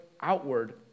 outward